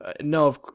no